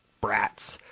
brats